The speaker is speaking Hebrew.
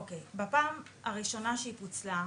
אוקיי, בפעם הראשונה שהיא פוצלה,